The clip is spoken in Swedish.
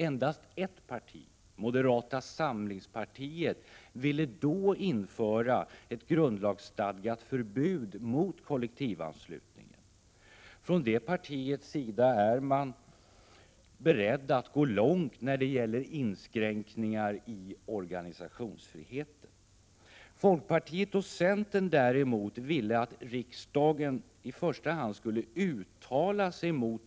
Endast ett parti — moderata samlingspartiet — ville då införa ett grundlagsstadgat förbud mot kollektivanslutningen. Från det partiets sida är man beredd att gå långt när det gäller inskränkningar i organisationsfriheten. Folkpartiet och centern däremot ville att riksdagen i första hand skulle uttala sig mot